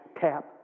tap